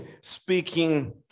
speaking